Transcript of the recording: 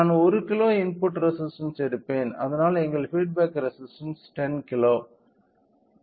நான் 1 kilo input resistance எடுப்பேன் அதனால் எங்கள் பீட் பேக் ரெசிஸ்டன்ஸ் 10 கிலோ